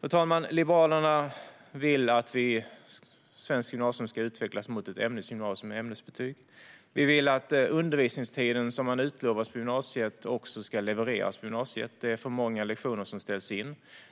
Fru talman! Liberalerna vill att den svenska gymnasieskolan ska utvecklas mot ett ämnesgymnasium med ämnesbetyg. Vi vill att den undervisningstid som man utlovas på gymnasiet också ska levereras på gymnasiet - det är för många lektioner som ställs in.